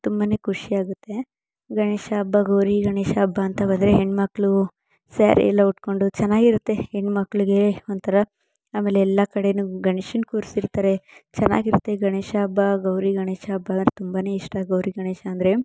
ತುಂಬನೇ ಖುಷಿಯಾಗುತ್ತೆ ಗಣೇಶ ಹಬ್ಬ ಗೌರಿ ಗಣೇಶ ಹಬ್ಬ ಅಂತ ಬಂದರೆ ಹೆಣ್ಣುಮಕ್ಳು ಸ್ಯಾರಿಯೆಲ್ಲ ಉಟ್ಕೊಂಡು ಚೆನ್ನಾಗಿರುತ್ತೆ ಹೆಣ್ಣುಮಕ್ಳಿಗೆ ಒಂಥರ ಆಮೇಲೆ ಎಲ್ಲ ಕಡೆಗೂ ಗಣೇಶನ್ನ ಕೂರಿಸಿರ್ತಾರೆ ಚೆನ್ನಾಗಿರುತ್ತೆ ಗಣೇಶ ಹಬ್ಬ ಗೌರಿ ಗಣೇಶ ಹಬ್ಬ ಅಂದರೆ ತುಂಬನೇ ಇಷ್ಟ ಗೌರಿ ಗಣೇಶ ಅಂದರೆ